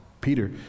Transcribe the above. Peter